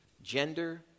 Gender